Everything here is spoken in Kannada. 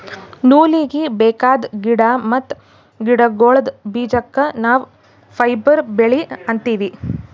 ನೂಲೀಗಿ ಬೇಕಾದ್ ಗಿಡಾ ಮತ್ತ್ ಗಿಡಗೋಳ್ದ ಬೀಜಕ್ಕ ನಾವ್ ಫೈಬರ್ ಬೆಳಿ ಅಂತೀವಿ